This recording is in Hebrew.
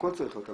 הכול צריך להיות,